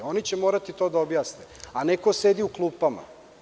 Oni će morati to da objasne, a ne ko sedi u klupama.